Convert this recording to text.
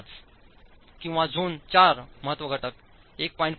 5 किंवा झोन 4 महत्त्वघटक1